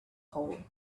hole